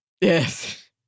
yes